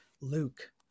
Luke